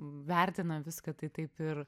vertina viską tai taip ir